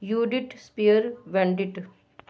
audit spare bandit